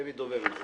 אתם מדוב"ב, נכון?